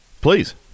Please